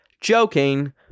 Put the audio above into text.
Joking